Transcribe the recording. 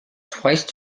twice